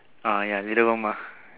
ah ya either one mah